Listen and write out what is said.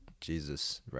Jesus